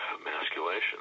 emasculation